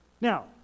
Now